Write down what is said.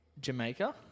Jamaica